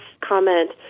comment